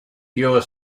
your